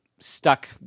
stuck